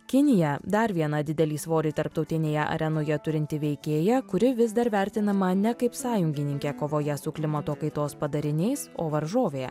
kinija dar viena didelį svorį tarptautinėje arenoje turinti veikėja kuri vis dar vertinama ne kaip sąjungininkė kovoje su klimato kaitos padariniais o varžovė